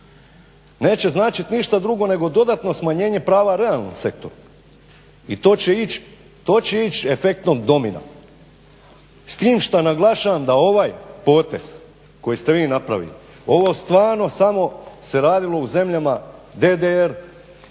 neće značiti ništa drugo nego dodatno smanjenje prava realnom sektoru. I to će ići efektom domina. S tim što naglašavam da ovaj potez koji ste vi napravili, ovo stvarno samo se radilo u zemljama DDR,